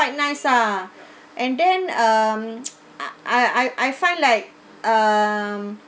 quite nice ah and then um ah I I I find like um